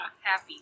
happy